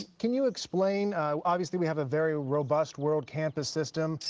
can you explain obviously, we have a very robust world campus system.